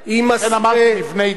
של מבני דת